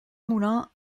moulin